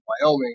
Wyoming